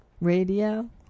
radio